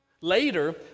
Later